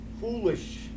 Foolish